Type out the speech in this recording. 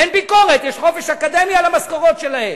אין ביקורת, יש חופש אקדמי על המשכורות שלהם.